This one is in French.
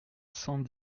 cent